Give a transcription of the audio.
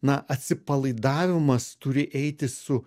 na atsipalaidavimas turi eiti su